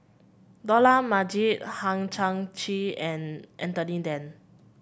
Dollah Majid Hang Chang Chieh and Anthony Then